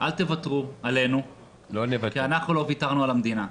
אל תוותרו עלינו כי אנחנו לא ויתרנו על המדינה.